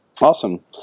Awesome